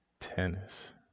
tennis